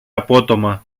απότομα